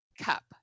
cup